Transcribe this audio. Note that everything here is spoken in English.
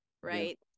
right